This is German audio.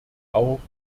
auch